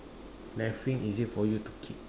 left wing easy for you to kick